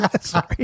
Sorry